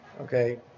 okay